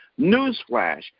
Newsflash